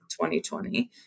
2020